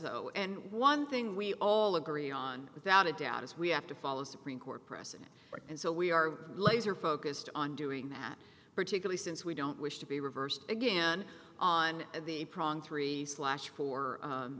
though and one thing we all agree on without a doubt is we have to follow supreme court precedent and so we are laser focused on doing that particularly since we don't wish to be reversed again on the three slash four